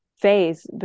phase